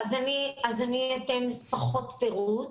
אני אתן פחות פירוט.